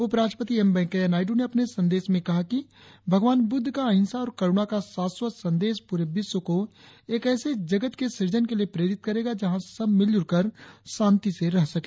उपराष्ट्रपति एम वैंकेया ने अपने संदेश में कहा कि भगवान बुद्ध का अहिंसा और करुणा का शाश्वत संदेश पूरे विश्व को एक ऐसे जगत के सूजन के लिए प्रेरित करेगा जहां सब मिलजुल कर शांति से रह सके